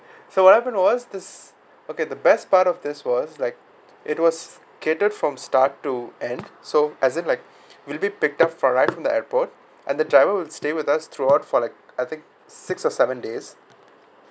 so what happened was this okay the best part of this was like it was gathered from start to end so as in like we'll be picked up for ride from the airport and the driver would stay with us throughout for like I think six or seven days